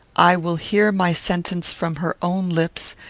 i will hear my sentence from her own lips,